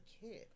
kid